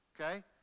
Okay